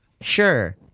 Sure